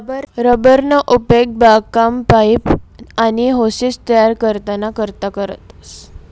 rubber ना उपेग बागकाम, पाइप, आनी होसेस तयार कराना करता करतस